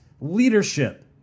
leadership